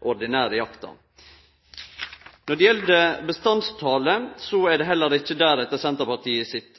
ordinære jakta. Når det gjeld bestandstalet, er det heller ikkje der, etter Senterpartiet sitt